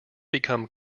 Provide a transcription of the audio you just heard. become